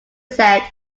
said